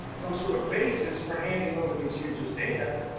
some sort of basis for handing over these users' data,